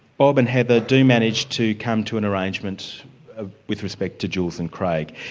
bob and heather do manage to come to an arrangement ah with respect to jules and craig.